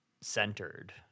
centered